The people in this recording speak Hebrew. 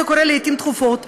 זה קורה לעיתים תכופות,